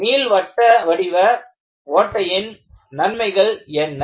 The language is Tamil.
நீள்வட்ட வடிவ ஓட்டையின் நன்மைகள் என்ன